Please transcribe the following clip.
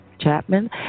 Chapman